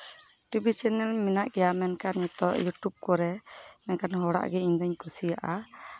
TV ᱥᱤᱱᱟᱹᱢ ᱢᱮᱱᱟᱜ ᱜᱮᱭᱟ ᱢᱮᱱᱠᱷᱟᱱ ᱱᱤᱛᱚᱜ ᱤᱭᱩᱴᱩᱵ ᱠᱚᱨᱮ ᱢᱮᱱᱠᱷᱟᱱ ᱦᱚᱲᱟᱜ ᱜᱮ ᱤᱧᱫᱩᱧ ᱠᱩᱥᱤᱭᱟᱜᱼᱟ